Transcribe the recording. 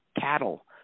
cattle